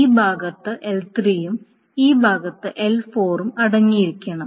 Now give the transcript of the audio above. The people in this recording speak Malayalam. ഈ ഭാഗത്ത് L3 ഉം ഈ ഭാഗത്ത് L4 ഉം അടങ്ങിയിരിക്കണം